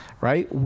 Right